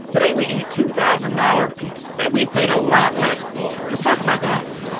today we eat two thousand dollars pizza. that we paid a lot less for. let's talk about that.